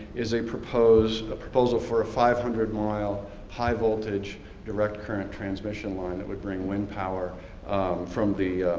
is a proposed, a proposal for a five hundred mile high-voltage direct current transmission line that would bring wind power from the